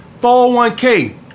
401k